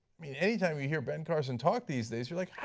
i mean anytime you hear ben carson talk these days you like